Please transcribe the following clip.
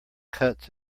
cuts